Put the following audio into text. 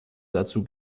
dazu